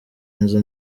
inzu